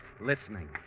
listening